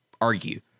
argue